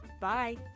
Bye